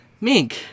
Mink